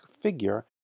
figure